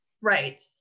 right